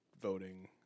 voting